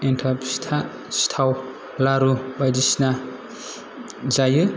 एन्थाब फिथा सिथाव लारु बायदिसिना जायो